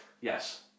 Yes